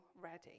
ready